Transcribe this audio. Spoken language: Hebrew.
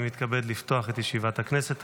אני מתכבד לפתוח את ישיבת הכנסת.